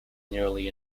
nearly